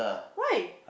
why